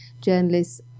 journalists